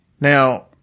Now